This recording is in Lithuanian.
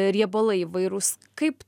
riebalai įvairūs kaip